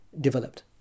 developed